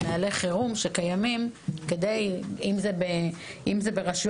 של נהלי חירום שקיימים אם זה ברשויות,